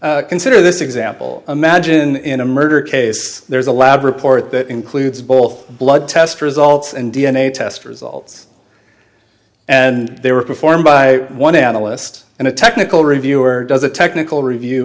consider this example imagine in a murder case there's a lab report that includes both blood test results and d n a test results and they were performed by one analyst and a technical reviewer does a technical review